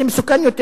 זה מסוכן יותר,